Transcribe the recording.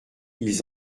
ils